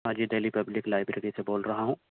ہاں جی Delhi public library سے بول رہا ہوں